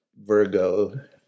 Virgo